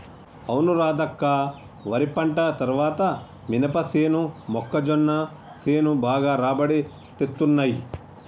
అవును రాధక్క వరి పంట తర్వాత మినపసేను మొక్కజొన్న సేను బాగా రాబడి తేత్తున్నయ్